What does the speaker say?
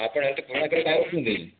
ଆପଣ ଏମିତି ପୁରୁଣା କ୍ଷୀର କାହିଁକି ଦେଉଛନ୍ତି